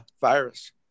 virus